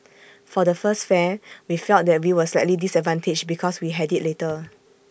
for the first fair we felt that we were slightly disadvantaged because we had IT later